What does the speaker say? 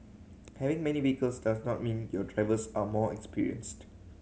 having many vehicles does not mean your drivers are more experienced